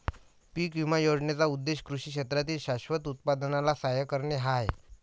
पीक विमा योजनेचा उद्देश कृषी क्षेत्रातील शाश्वत उत्पादनाला सहाय्य करणे हा आहे